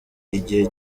igihe